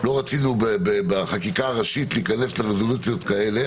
לא רצינו בחקיקה הראשית להיכנס לרזולוציות כאלה,